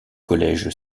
collège